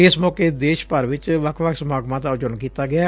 ਇਸ ਮੌਕੇ ਦੇਸ਼ ਭਰ ਚ ਵੱਖ ਵੱਖ ਸਮਾਗਮਾਂ ਦਾ ਆਯੋਜਨ ਕੀਤਾਂ ਗਿਐ